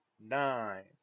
nine